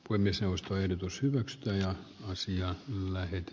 uimisen ostoehdotus hyväksytään ja asian lähetti